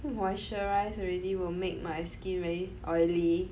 moisturize already will make my skin really oily